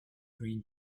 greene